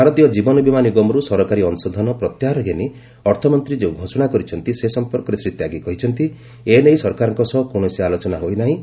ଭାରତୀୟ ଜୀବନ ବୀମା ନିଗମରୁ ସରକାରୀ ଅଂଶଧନ ପ୍ରତ୍ୟାହାର ଘେନି ଅର୍ଥମନ୍ତ୍ରୀ ଯେଉଁ ଘୋଷଣା କରିଛନ୍ତି ସେ ସମ୍ପର୍କରେ ଶ୍ରୀ ତ୍ୟାଗୀ କହିଛନ୍ତି ଏନେଇ ସରକାରଙ୍କ ସହ କୌଣସି ଆଲୋଚନା ହୋଇ ନାହିଁ